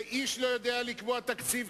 ואיש לא יודע לקבוע תקציב,